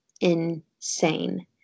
insane